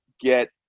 get